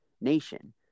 nation